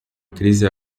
crise